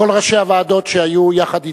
כל ראשי הוועדות שהיו יחד אתי,